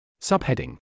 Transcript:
Subheading